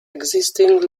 existing